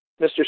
Mr